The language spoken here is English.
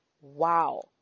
wow